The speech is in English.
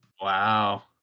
Wow